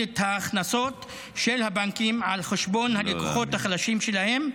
את ההכנסות של הבנקים על חשבון הלקוחות החלשים שלהם.